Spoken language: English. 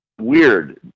weird